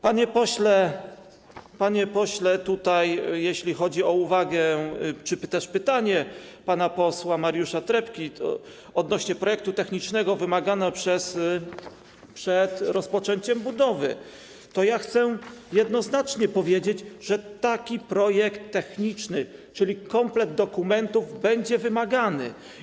Panie pośle, jeśli chodzi o uwagę czy też pytanie pana posła Mariusza Trepki, to odnośnie do projektu technicznego wymaganego przed rozpoczęciem budowy chcę jednoznacznie powiedzieć, że taki projekt techniczny, czyli komplet dokumentów, będzie wymagany.